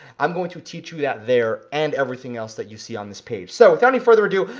i'm going to teach you that there and everything else that you see on this page. so without any further ado,